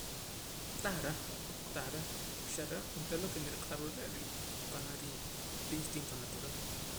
Tah reh tah reh xare' onteera lo ke niriq'arwa re' ri panaa' rinstinto natural